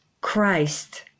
Christ